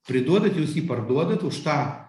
priduodat jūs jį parduodat už tą